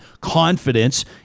confidence